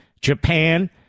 Japan